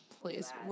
Please